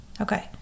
okay